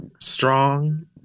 Strong